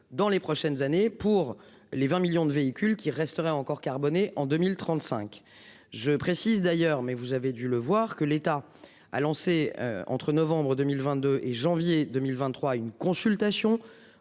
dans les prochaines années pour les 20 millions de véhicules qui resterait encore carbonée en 2035. Je précise d'ailleurs mais vous avez dû le voir que l'État a lancé entre novembre 2022 et janvier 2023 une consultation